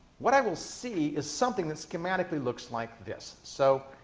what i will see is something that schematically looks like this. so,